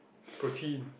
protein